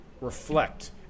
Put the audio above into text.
reflect